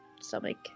stomach